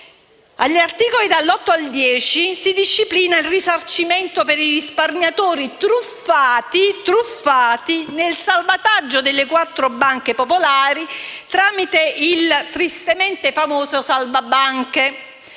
Agli articoli dall'8 al 10 si disciplina il risarcimento per i risparmiatori truffati nel salvataggio delle quattro banche popolari tramite il tristemente famoso decreto salva banche: